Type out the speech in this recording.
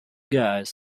guys